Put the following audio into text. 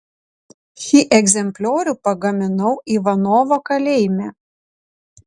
šį egzempliorių pagaminau ivanovo kalėjime